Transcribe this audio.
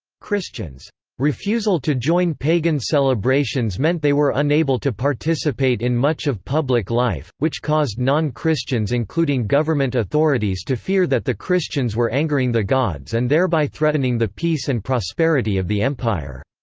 christians' refusal to join pagan celebrations meant they were unable to participate in much of public life, which caused non-christians-including government authorities-to fear that the christians were angering the gods and thereby threatening the peace and prosperity of the empire.